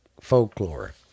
folklore